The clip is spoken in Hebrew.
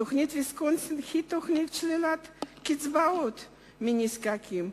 תוכנית ויסקונסין היא תוכנית לשלילת קצבאות מנזקקים,